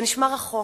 זה נשמע רחוק,